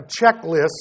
checklist